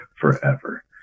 forever